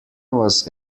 was